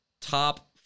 top